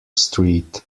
street